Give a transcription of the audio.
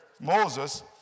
Moses